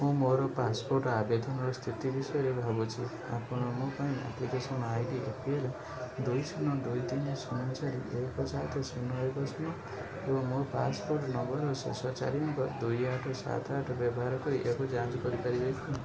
ମୁଁ ମୋର ପାସପୋର୍ଟ ଆବେଦନର ସ୍ଥିତି ବିଷୟରେ ଭାବୁଛି ଆପଣ ମୋ ପାଇଁ ଆପ୍ଲିକେସନ୍ ଆଇ ଡ଼ି ଏପିଏଲ୍ ଦୁଇ ଶୂନ ଦୁଇ ତିନି ଶୂନ ଚାରି ଏକ ସାତ ଶୂନ ଏକ ଶୂନ ଏବଂ ମୋ ପାସପୋର୍ଟ ନମ୍ବରର ଶେଷ ଚାରି ଅଙ୍କ ଦୁଇ ଆଠ ସାତ ଆଠ ବ୍ୟବହାର କରି ଏହାକୁ ଯାଞ୍ଚ କରିପାରିବେ କି